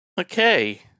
okay